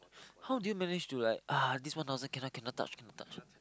how do you manage to like uh this one thousands cannot cannot touch cannot touch